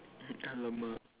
alamak